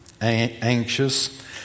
anxious